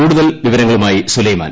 കൂടുതൽ വിവരങ്ങളുമായി സുലൈമാൻ